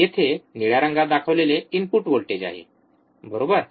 येथे निळ्या रंगात दाखवलेले इनपुट व्होल्टेज आहे बरोबर